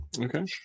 okay